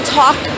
talk